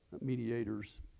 mediators